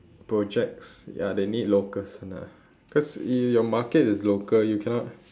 projects ya they need locals [one] ah cause you your market is local you cannot